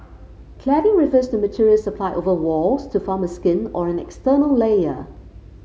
cladding refers to materials applied over walls to form a skin or an external layer